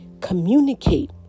communicate